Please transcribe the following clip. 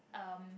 um